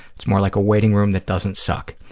it's more like a waiting room that doesn't suck.